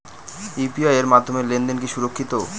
UPI এর মাধ্যমে লেনদেন কি সুরক্ষিত?